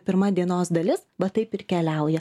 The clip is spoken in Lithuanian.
pirma dienos dalis va taip ir keliauja